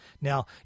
Now